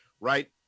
right